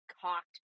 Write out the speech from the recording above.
cocked